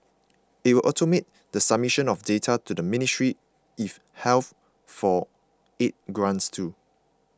it will automate the submission of data to the Ministry if health for aid grants too